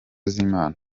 z’imana